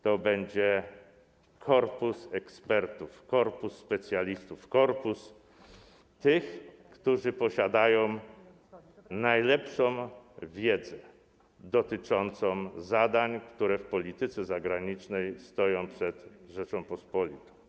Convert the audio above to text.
To będzie korpus ekspertów, korpus specjalistów, korpus tych, którzy posiadają najlepszą wiedzę dotyczącą zadań, które w polityce zagranicznej stoją przed Rzecząpospolitą.